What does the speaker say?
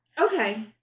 Okay